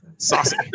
Saucy